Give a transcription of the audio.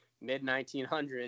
mid-1900s